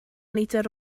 litr